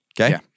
Okay